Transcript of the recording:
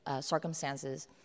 circumstances